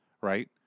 Right